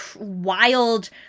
wild